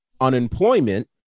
unemployment